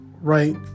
right